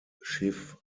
schiff